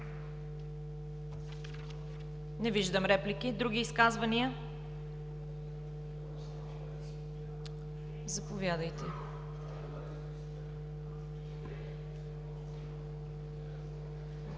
Не виждам. Други изказвания? Заповядайте,